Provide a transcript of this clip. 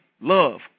love